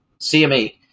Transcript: CME